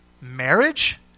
Marriage